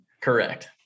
Correct